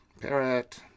Parrot